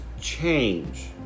change